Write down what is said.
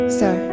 sir